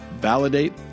validate